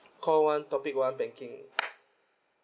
call one topic one banking